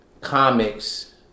comics